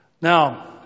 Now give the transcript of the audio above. Now